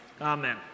amen